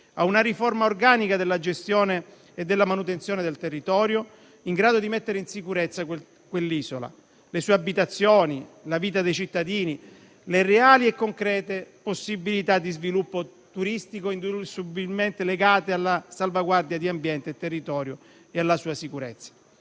e una riforma organica della gestione e della manutenzione del territorio, in grado di mettere in sicurezza quell'isola: le sue abitazioni, la vita dei cittadini e le reali e concrete possibilità di sviluppo turistico, indissolubilmente legate alla salvaguardia di ambiente e territorio e alla sua sicurezza.